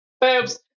Boobs